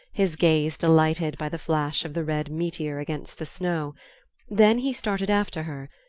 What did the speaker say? his gaze delighted by the flash of the red meteor against the snow then he started after her,